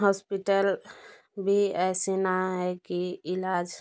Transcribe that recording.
hospital भी ऐसे ना है कि इलाज